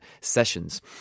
sessions